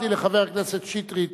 אישרתי לחבר הכנסת שטרית,